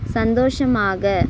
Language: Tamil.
சந்தோஷமாக